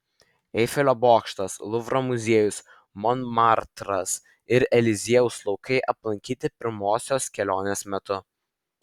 eifelio bokštas luvro muziejus monmartras ir eliziejaus laukai aplankyti pirmosios kelionės metu